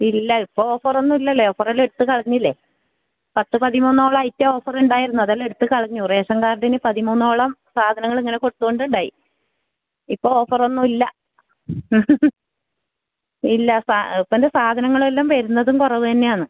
ഇല്ല ഇപ്പം ഓഫറൊന്നും ഇല്ലല്ലേ ഓഫറെല്ലാം എടുത്ത് കളഞ്ഞില്ലേ പത്ത് പതിമൂന്നോളം ഐറ്റം ഒഫറുണ്ടായിരുന്നു അതെല്ലാം എടുത്ത് കളഞ്ഞു റേഷൻ കാർഡിന് പതിമൂന്നോളം സാധനങ്ങളിങ്ങനെ കൊടുത്തോണ്ടുണ്ടായി ഇപ്പോൾ ഓഫറൊന്നും ഇല്ല ഇല്ലാ അപ്പം ഇപ്പൻ്റെ സാധനങ്ങളെല്ലാം വരുന്നതും കുറവ് തന്നെയാന്ന്